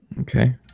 Okay